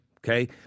Okay